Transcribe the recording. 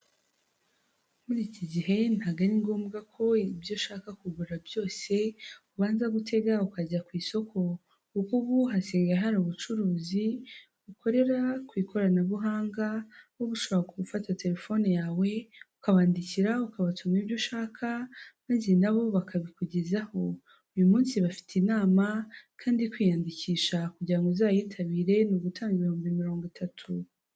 Muri iki gihe ntago ari ngombwa ko ibyo ushaka kugura byose ubanza gutega ukajya ku isoko, kuko ubu hasigaye hari ubucuruzi bukorera ku ikoranabuhanga, nkubu ushobora gufata telefone yawe ukabandikira ukabatuma ibyo ushaka, maze nabo bakabikugezaho, uyu munsi bafite inama kandi kwiyandikisha kugira ngo uzayitabire ni ugutanga ibihumbi mirongo itatu.